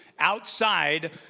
Outside